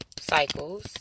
cycles